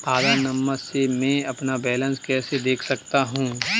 आधार number से मैं अपना बैलेंस कैसे देख सकता हूँ?